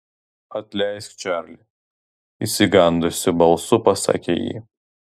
atleisk čarli išsigandusi balsu pasakė ji